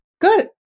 Good